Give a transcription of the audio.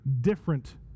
different